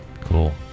Cool